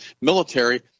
military